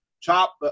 chop